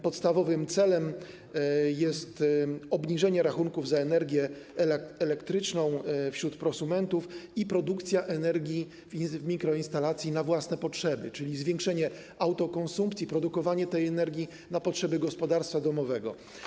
Podstawowym celem jest obniżenie rachunków za energię elektryczną wśród prosumentów i produkcja energii w mikroinstalacji na własne potrzeby, czyli zwiększenie autokonsumpcji, produkowanie tej energii na potrzeby gospodarstwa domowego.